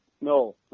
No